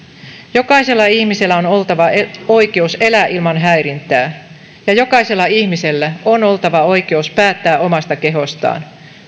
jokaisella ihmisellä on oltava oikeus elää ilman häirintää ja jokaisella ihmisellä on oltava oikeus päättää omasta kehostaan